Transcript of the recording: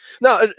now